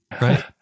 right